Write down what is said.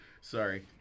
Sorry